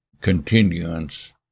continuance